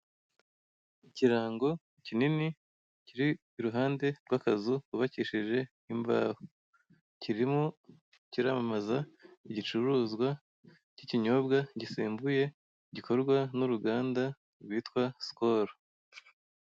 Icyirango kinini kiri iruhande rwakazu kubakishije imbaho, kirimo kiramamaza igicuruzwa kikinyobwa gisembuye gikorwa nuruganda rwitwa sikoro.